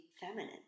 feminine